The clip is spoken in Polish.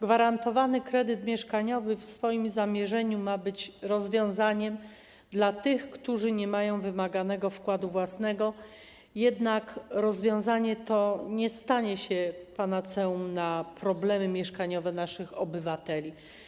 Gwarantowany kredyt mieszkaniowy w zamierzeniu ma być rozwiązaniem dla tych, którzy nie mają wymaganego wkładu własnego, jednak rozwiązanie to nie stanie się panaceum na problemy mieszkaniowe naszych obywateli.